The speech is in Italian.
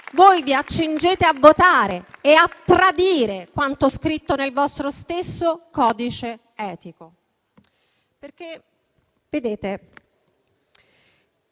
vi accingete a votare e a tradire quanto scritto nel vostro stesso codice etico. Onorevoli